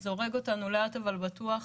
זה הורג אותנו לאט, אבל בטוח.